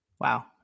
wow